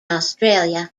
australia